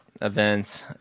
events